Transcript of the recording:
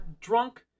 Drunk